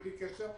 בלי קשר,